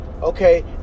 Okay